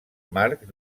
marc